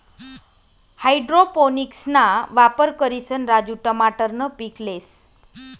हाइड्रोपोनिक्सना वापर करिसन राजू टमाटरनं पीक लेस